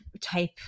type